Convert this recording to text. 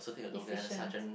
efficient